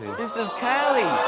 this is curly.